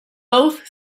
both